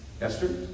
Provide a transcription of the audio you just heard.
Esther